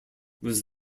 was